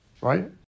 right